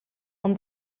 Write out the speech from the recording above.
ond